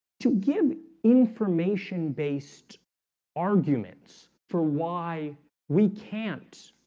to give information based arguments for why we can't